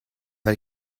but